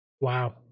wow